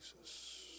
Jesus